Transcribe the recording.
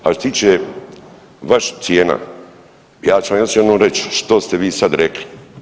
A što se tiče vaših cijena ja ću vam još jednom reći što ste vi sad rekli.